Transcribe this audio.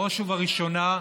בראש ובראשונה,